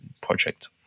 project